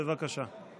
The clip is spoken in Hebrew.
בבקשה.